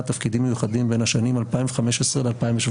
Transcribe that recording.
תפקידים מיוחדים בין השנים 2015 ל-2017,